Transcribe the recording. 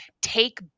take